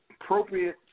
appropriate